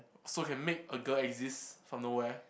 so you can make a girl exist from nowhere